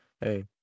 hey